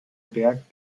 berg